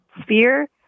sphere